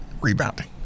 Rebounding